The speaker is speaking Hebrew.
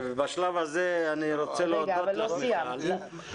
בשלב הזה אני רוצה להודות לך מיכל.